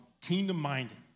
Kingdom-minded